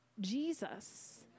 Jesus